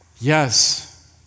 Yes